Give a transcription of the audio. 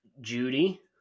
Judy